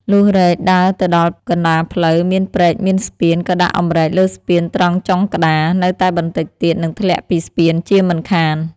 លុះរែកដើរទៅដល់កណ្តាលផ្លូវមានព្រែកមានស្ពាន ក៏ដាក់អម្រែកលើស្ពានត្រង់ចុងក្តារ នៅតែបន្តិចទៀតនឹងធ្លាក់ពីស្ពានជាមិនខាន។